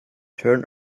turn